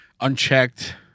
unchecked